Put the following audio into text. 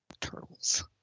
Turtles